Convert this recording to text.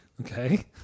Okay